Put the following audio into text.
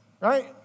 right